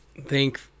thank